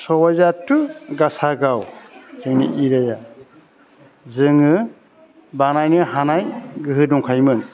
सबायझार टु गासागाव जोंनि एरियाआ जोङो बानायनो हानाय गोहो दंखायोमोन